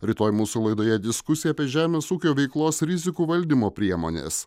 rytoj mūsų laidoje diskusija apie žemės ūkio veiklos rizikų valdymo priemones